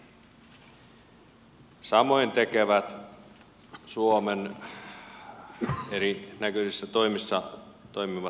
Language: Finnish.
samoin tekevät suomen erinäköisissä toimissa toimivat liikemiehet